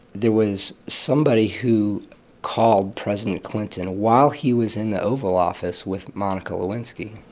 there was somebody who called president clinton while he was in the oval office with monica lewinsky.